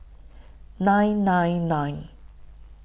nine nine nine